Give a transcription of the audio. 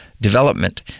development